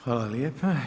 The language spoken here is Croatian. Hvala lijepo.